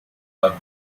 dat